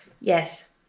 Yes